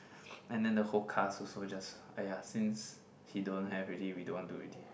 and then the whole cast also just !aiya! since he don't have already we don't want do already